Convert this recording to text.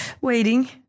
waiting